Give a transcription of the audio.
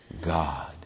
God